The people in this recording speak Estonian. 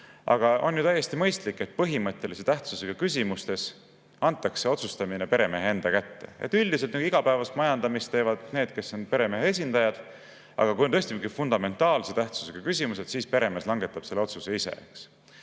Aga on ju täiesti mõistlik, et põhimõttelise tähtsusega küsimustes antakse otsustamine peremehe enda kätte. Üldiselt igapäevase majandamisega tegelevad need, kes on peremehe esindajad, aga kui on tõesti mingi fundamentaalse tähtsusega küsimus, siis peremees langetab otsuse ise. Aga